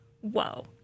whoa